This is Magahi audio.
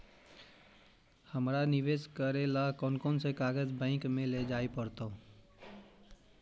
हमरा निवेश करे ल कोन कोन कागज बैक लेजाइ पड़तै?